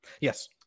Yes